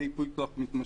הייפוי כוח המתמשך,